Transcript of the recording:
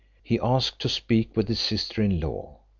he asked to speak with his sister-in-law,